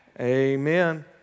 Amen